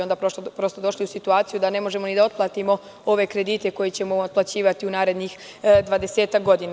Onda bi došli u situaciju da ne možemo da otplatimo ove kredite koje ćemo otplaćivati u narednih 20-ak godina.